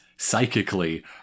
Psychically